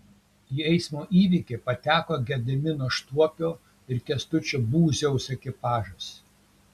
į eismo įvykį pateko gedimino štuopio ir kęstučio būziaus ekipažas